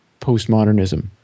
postmodernism